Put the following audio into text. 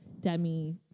Demi